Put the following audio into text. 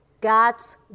God's